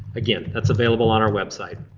again that's available on our website.